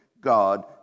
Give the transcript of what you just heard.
God